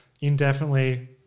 indefinitely